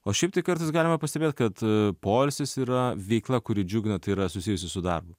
o šiaip tai kartais galima pastebėt kad poilsis yra veikla kuri džiugina tai yra susijusi su darbu